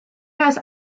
has